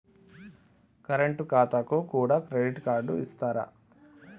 Current ఖాతాకు కూడా credit card ఇత్తరా?